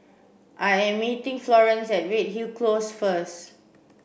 I am meeting Florance at Redhill Close first